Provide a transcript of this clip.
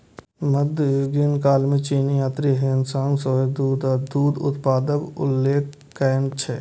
मध्ययुगीन काल मे चीनी यात्री ह्वेन सांग सेहो दूध आ दूध उत्पादक उल्लेख कयने छै